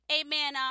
amen